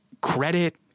credit